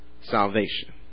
salvation